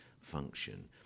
function